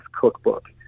Cookbook